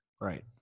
Right